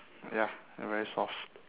ya I very soft